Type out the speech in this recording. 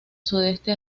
sudeste